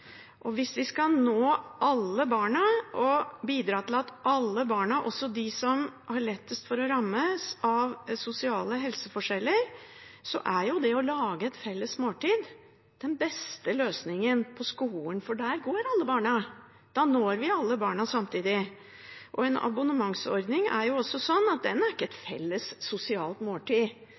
Hvis vi skal nå alle barna, også de som har lettest for å bli rammet av sosiale helseforskjeller, er det å lage et felles måltid den beste løsningen på skolen, for der går alle barna. Da når vi alle barna samtidig. En abonnementsordning er heller ikke et felles sosialt måltid – den er en og en og hver for seg, og noen har og noen har ikke.